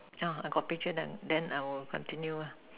uh I got picture then then I will continue ah